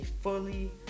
fully